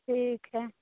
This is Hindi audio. ठीक है